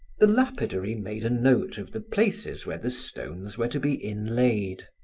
the lapidary made a note of the places where the stones were to be inlaid.